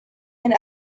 and